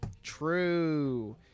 True